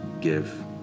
give